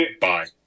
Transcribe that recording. Bye